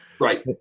Right